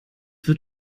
wird